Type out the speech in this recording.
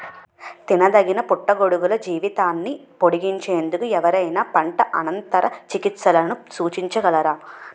తినదగిన పుట్టగొడుగుల జీవితాన్ని పొడిగించేందుకు ఎవరైనా పంట అనంతర చికిత్సలను సూచించగలరా?